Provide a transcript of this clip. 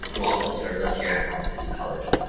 who also serve us here at long beach city college.